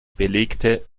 belegte